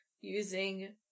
using